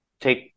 take